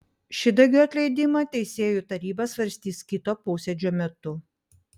šidagio atleidimą teisėjų taryba svarstys kito posėdžio metu